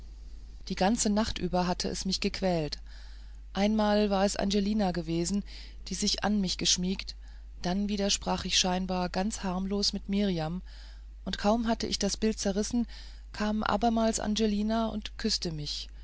die ganze nacht über hatte es mich gequält einmal war es angelina gewesen die sich an mich geschmiegt dann wieder sprach ich scheinbar ganz harmlos mit mirjam und kaum hatte ich das bild zerrissen kam abermals angelina und küßte mich